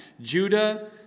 Judah